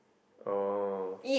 oh